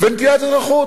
ונטילת אזרחות.